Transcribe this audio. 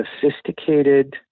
sophisticated